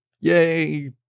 Yay